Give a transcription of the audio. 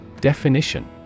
Definition